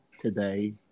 today